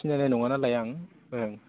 सिनायनाय नङा नालाय आं ओं